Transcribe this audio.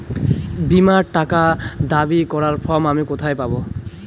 বীমার টাকা দাবি করার ফর্ম আমি কোথায় পাব?